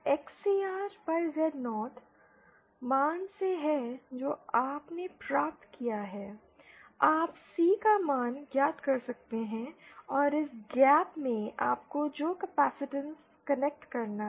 2 ABCD22 यह XCR Z0 इस XCR Z0 मान से है जो आपने प्राप्त किया है आप C का मान ज्ञात कर सकते हैं कि इस गैप में आपको जो कैपेसिटेंस कनेक्ट करना है